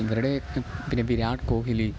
ഇവരുടെ പിന്നെ വിരാട് കോഹ്ലി